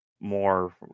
more